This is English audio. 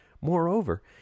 Moreover